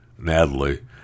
Natalie